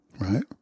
Right